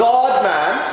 God-man